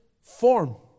form